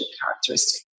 characteristic